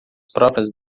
próprias